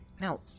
now